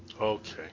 Okay